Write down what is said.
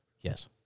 yes